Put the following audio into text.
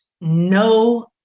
no